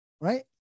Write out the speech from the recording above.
right